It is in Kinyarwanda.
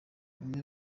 imwe